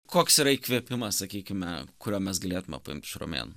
koks yra įkvėpimas sakykime kurią mes galėtume paimti iš romėnų